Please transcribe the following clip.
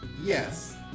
Yes